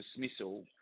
dismissal